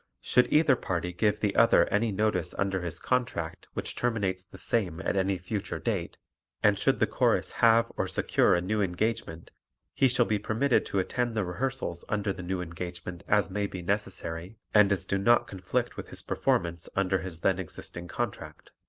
should either party give the other any notice under his contract which terminates the same at any future date and should the chorus have or secure a new engagement he shall be permitted to attend the rehearsals under the new engagement as may be necessary and as do not conflict with his performance under his then existing contract.